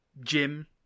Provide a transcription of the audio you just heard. Jim